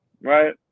right